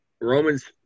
Romans